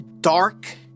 dark